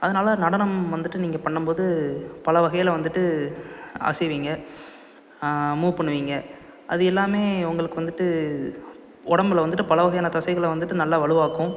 அதனால் நடனம் வந்துட்டு நீங்கள் பண்ணும்போது பல வகையில் வந்துட்டு அசைவீங்க மூவ் பண்ணுவீங்க அது எல்லாமே உங்களுக்கு வந்துட்டு உடம்பில் வந்துட்டு பல வகையான தசைகளை வந்துட்டு நல்லா வலுவாக்கும்